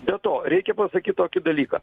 be to reikia pasakyt tokį dalyką